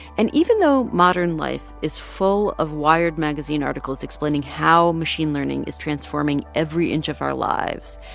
and even though modern life is full of wired magazine articles explaining how machine learning is transforming every inch of our lives,